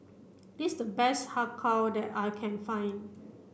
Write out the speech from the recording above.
this the best Har Kow that I can find